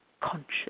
conscious